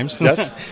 Yes